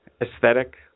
aesthetic